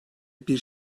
bir